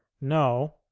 No